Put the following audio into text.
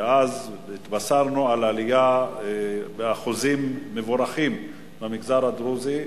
והתבשרנו על עלייה באחוזים מבורכים במגזר הדרוזי.